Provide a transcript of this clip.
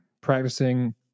practicing